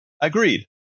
Agreed